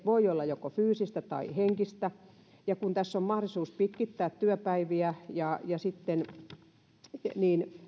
voi olla joko fyysistä tai henkistä kun tässä on mahdollisuus pitkittää työpäiviä niin